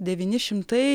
devyni šimtai